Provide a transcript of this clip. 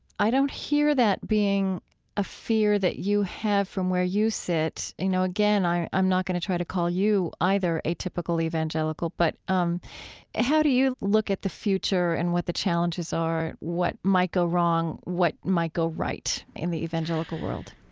i don't hear that being a fear that you have from where you sit. you know, again, i'm not going to try to call you, either, a typical evangelical, but um how do you look at the future and what the challenges are, what might go wrong, wrong, what might go right in the evangelical world?